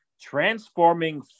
transforming